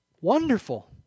Wonderful